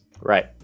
Right